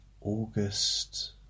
August